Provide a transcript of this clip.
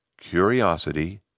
curiosity